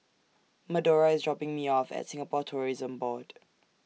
Medora IS dropping Me off At Singapore Tourism Board